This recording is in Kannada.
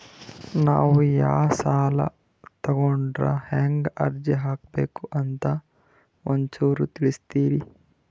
ನಾವು ಯಾ ಸಾಲ ತೊಗೊಂಡ್ರ ಹೆಂಗ ಅರ್ಜಿ ಹಾಕಬೇಕು ಅಂತ ಒಂಚೂರು ತಿಳಿಸ್ತೀರಿ?